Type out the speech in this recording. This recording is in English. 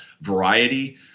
variety